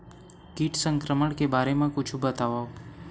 कीट संक्रमण के बारे म कुछु बतावव?